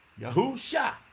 Yahusha